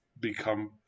become